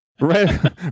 Right